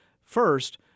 First